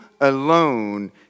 alone